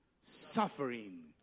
suffering